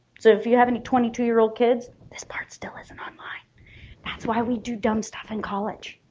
so if you have any twenty-two year old kids this part still isn't online that's why we do dumb stuff in college.